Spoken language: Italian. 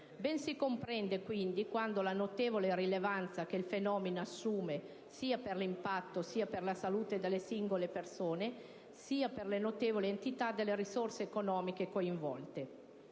Ben si comprende, quindi, la notevole rilevanza che il fenomeno assume sia per l'impatto sulla salute delle singole persone, sia per la notevole entità delle risorse economiche coinvolte.